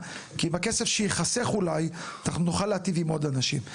כמדינה; בכסף שייחסך נוכל להיטיב עם עוד אנשים.